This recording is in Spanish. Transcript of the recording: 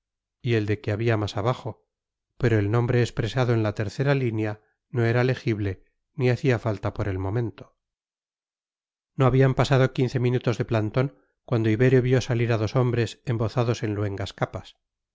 y el de que había más abajo pero el nombre expresado en la tercera línea no era legible ni hacía falta por el momento no habían pasado quince minutos de plantón cuando ibero vio salir a dos hombres embozados en luengas capas